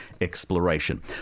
exploration